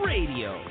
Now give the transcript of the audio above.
Radio